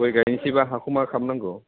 गय गायनोसैबा हाखौ मा खालामनांगौ